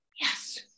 Yes